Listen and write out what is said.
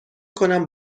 کنم